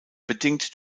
bedingt